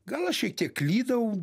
gal aš šiek tiek klydau